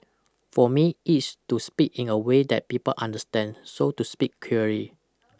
for me it's to speak in a way that people understand so to speak clearly